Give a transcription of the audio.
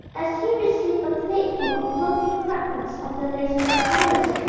as he received a plateful of floating fragments of the lacework palace,